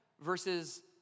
versus